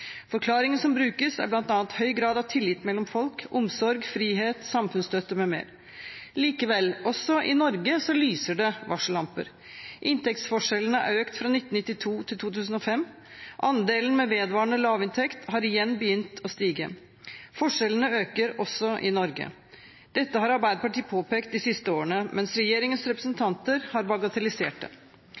som brukes, er bl.a. høy grad av tillit mellom folk, omsorg, frihet, samfunnsstøtte m.m. Likevel lyser det varsellamper også i Norge: Inntektsforskjellene har økt fra 1992 til 2005, og andelen med vedvarende lavinntekt har igjen begynt å stige. Forskjellene øker også i Norge. Dette har Arbeiderpartiet påpekt de siste årene, mens regjeringens representanter har bagatellisert det.